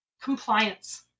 compliance